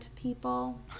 people